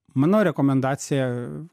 mano rekomendacija